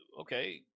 okay